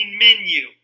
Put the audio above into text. menu